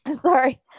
Sorry